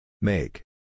Make